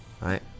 right